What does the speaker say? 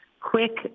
quick